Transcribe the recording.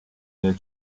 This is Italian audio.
nel